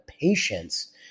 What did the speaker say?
patience